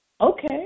Okay